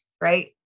right